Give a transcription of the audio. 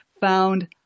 found